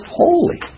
holy